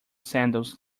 sandals